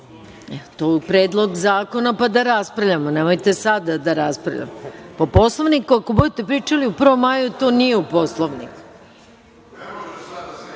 To u predlog zakona, pa da raspravljamo. Nemojte sada da raspravljamo. Poslaniče, ako budete pričali o 1. maju to nije u Poslovniku.